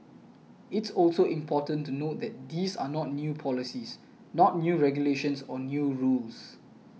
it's also important to note that these are not new policies not new regulations or new rules